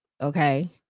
okay